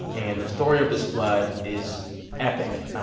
and the story of this flood is epic.